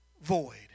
void